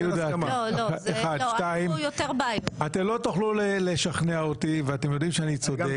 לא תוכלו לשכנע אותי כי אתם יודעים שאני צודק.